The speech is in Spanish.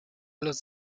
los